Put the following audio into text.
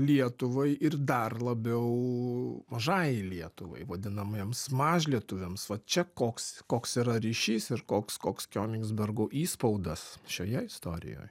lietuvai ir dar labiau mažajai lietuvai vadinamiems mažlietuviams va čia koks koks yra ryšys ir koks koks kionigsbergo įspaudas šioje istorijoj